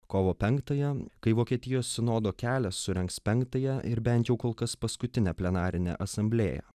kovo penktąją kai vokietijos sinodo kelias surengs penktąją ir bent jau kol kas paskutinę plenarinę asamblėją